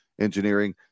engineering